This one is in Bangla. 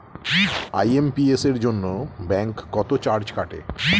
আই.এম.পি.এস এর জন্য ব্যাংক কত চার্জ কাটে?